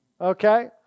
Okay